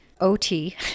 OT